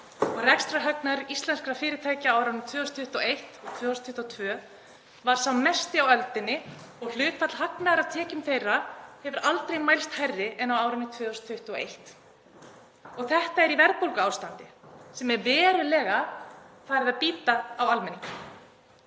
og rekstrarhagnaður íslenskra fyrirtækja á árunum 2021–2022 var sá mesti á öldinni og hlutfall hagnaðar af tekjum þeirra hefur aldrei mælst hærra en á árinu 2021. Og þetta er í verðbólguástandi sem er verulega farið að bíta almenning,